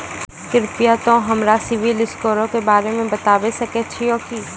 कृपया तोंय हमरा सिविल स्कोरो के बारे मे बताबै सकै छहो कि?